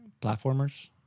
platformers